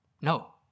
No